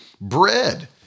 Bread